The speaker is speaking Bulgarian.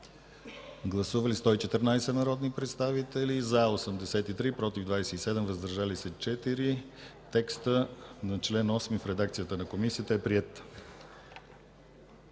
Гласували 114 народни представители: за 83, против 27, въздържали се 4. Текстът на чл. 8 в редакция на Комисията е приет.